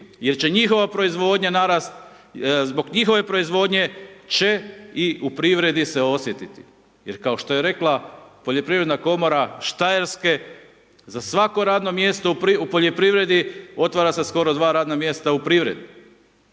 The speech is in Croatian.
jer će njihova proizvodnja narasti, zbog njihove proizvodnje će i u privredi se osjetiti. Jer kao što je rekla poljoprivredna komora Štajerske, za svako radno mjesto u poljoprivredi, otvara se skoro dva radna mjesta u privredi.